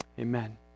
Amen